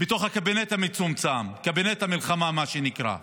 בתוך הקבינט המצומצם, קבינט המלחמה, מה שנקרא.